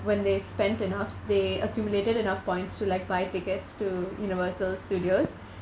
when they spent enough they accumulated enough points to like buy tickets to universal studios